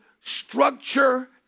structure